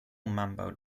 mambo